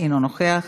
אינו נוכח,